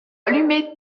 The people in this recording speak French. allumer